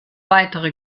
weitere